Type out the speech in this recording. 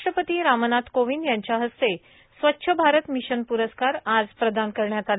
राष्ट्रपती रामनाथ कोविंद यांच्या हस्ते स्वच्छ भारत मिशन पुरस्कार आज प्रदान करण्यात आले